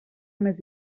més